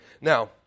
Now